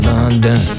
London